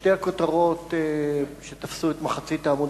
שתי הכותרות שתפסו את מחצית העמוד